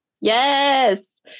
Yes